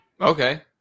Okay